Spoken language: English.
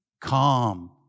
Calm